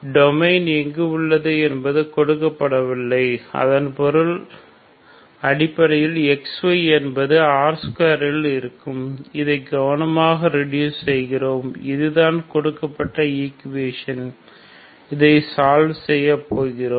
domain எங்கு உள்ளது என்பது கொடுக்கப்படவில்லை அதன் பொருள் அடிப்படையில் xy என்பது R2 இல் இருக்கும் இதை கவனமாக ரெடூஸ் செய்கிறோம் இதுதான் கொடுக்கப்பட்ட ஈக்குவேஷன் இதை சால்வ் செய்ய போகிறோம்